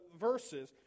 verses